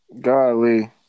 Golly